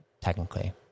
technically